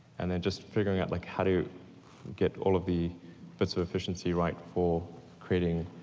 and then, just figuring out like how to get all of the bits of efficiency right for creating,